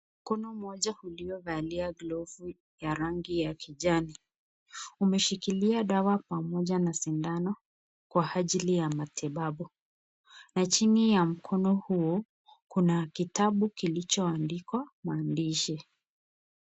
Mkona mmoja uliovalia glovu ya rangi ya kijani. Umeshikilia dawa pamoja na sindano kwa ajili ya matibabu. Na chini ya mkono huo, kuna kitabu kilichoandikwa mwandishi.